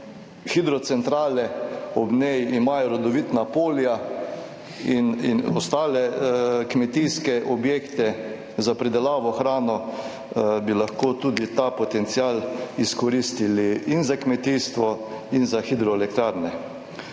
hidrocentrale, ob njej imajo rodovitna polja in ostale kmetijske objekte za pridelavo hrane, bi lahko tudi ta potencial izkoristili, za kmetijstvo in za hidroelektrarne,